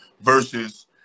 versus